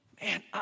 Man